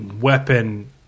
weapon